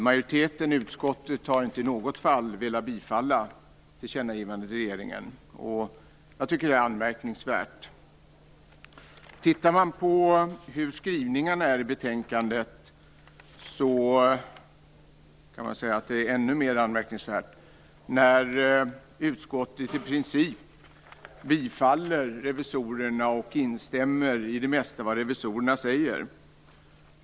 Majoriteten i utskottet har inte i något fall velat tillstyrka tillkännagivandet till regeringen. Jag tycker att det är anmärkningsvärt. Med tanke på skrivningarna i betänkandet är det ännu mer anmärkningsvärt. Utskottet biträder i princip revisorernas förslag och instämmer i det mesta vad revisorerna säger.